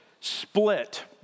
split